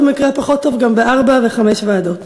ובמקרה הפחות טוב גם בארבע או בחמש ועדות.